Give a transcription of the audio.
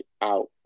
out